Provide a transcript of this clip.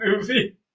movie